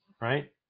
right